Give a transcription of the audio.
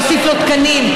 להוסיף לו תקנים,